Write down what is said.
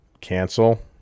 cancel